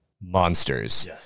monsters